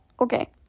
okay